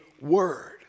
word